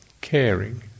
caring